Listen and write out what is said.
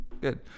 good